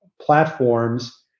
platforms